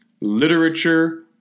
literature